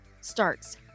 starts